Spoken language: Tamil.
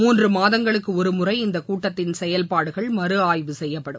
மூன்று மாதங்களுக்கு ஒருமுறை இந்த கூட்டத்தின் செயல்பாடுகள் மறுஆய்வு செய்யப்படும்